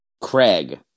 Craig